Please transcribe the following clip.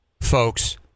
folks